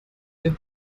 der